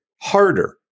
harder